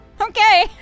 Okay